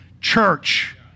church